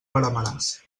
veremaràs